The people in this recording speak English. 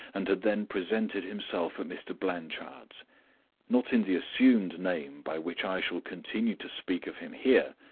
and had then presented himself at mr. blanchard's not in the assumed name by which i shall continue to speak of him here,